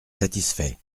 satisfait